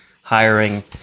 hiring